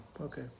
Okay